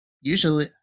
Usually